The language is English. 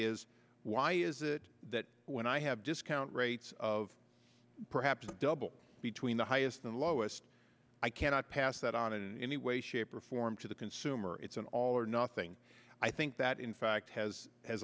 is why is it that when i have discount rates of perhaps double between the highest and lowest i cannot pass that on in any way shape or form to the consumer it's an all or nothing i think that in fact has has